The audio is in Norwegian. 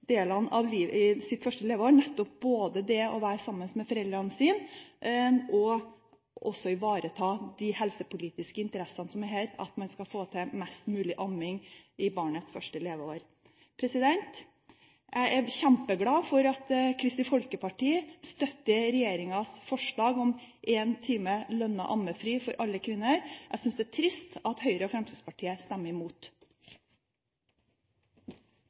i det første leveåret, nemlig både det å være sammen med foreldrene sine og at de helsepolitiske interessene som er her, blir ivaretatt, slik at man får til mest mulig amming i barnets første leveår. Jeg er kjempeglad for at Kristelig Folkeparti støtter regjeringens forslag om en time lønnet ammefri for alle kvinner. Jeg synes det er trist at Høyre og Fremskrittspartiet stemmer imot.